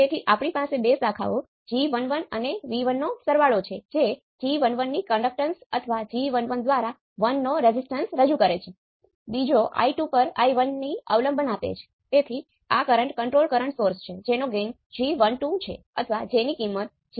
તેનો અર્થ એ છે કે ઓપ એમ્પ ના બે ઈનપુટ ટર્મિનલ હોય છે કે જેની કિંમત A0 Vd છે